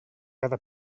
cada